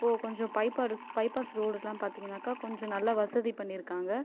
இப்போது கொஞ்சம் பைபாஸ் ரோடுலாம் பார்த்தீங்கன்னாக்க கொஞ்சம் நல்லா வசதி பண்ணியிருக்காங்க